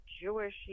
Jewish